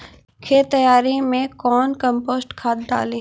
खेत तैयारी मे कौन कम्पोस्ट खाद डाली?